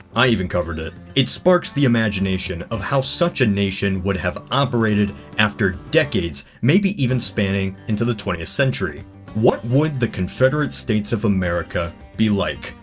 i even covered it. it sparks the imagination of how such a nation would have operated after decades, maybe even spanning into the twentieth century what would the confederate states of america be like?